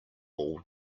all